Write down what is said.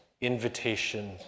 invitation